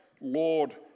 Lord